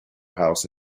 house